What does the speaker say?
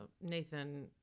Nathan